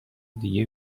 دیگه